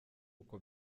uko